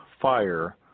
fire